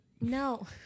no